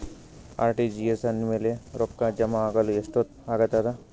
RTGS ಆದ್ಮೇಲೆ ರೊಕ್ಕ ಜಮಾ ಆಗಲು ಎಷ್ಟೊತ್ ಆಗತದ?